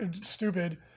stupid